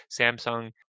Samsung